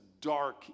dark